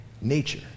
nature